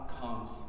comes